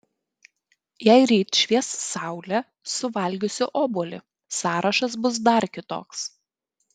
jei ryt švies saulė suvalgysiu obuolį sąrašas bus dar kitoks